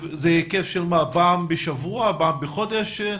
זה היקף של פעם בשבוע, פעם בחודש?